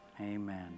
amen